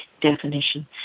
definition